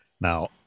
Now